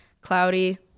cloudy